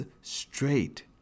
straight